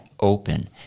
Open